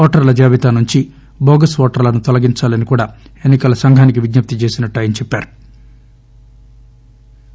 ఓటర్ల జాబితా నుంచి బోగస్ ఓటర్లను తొలగించాలని కూడా బిజెపి ఎన్నికల సంఘానికి విజ్ఞప్తి చేసినట్లు ఆయన చెప్పారు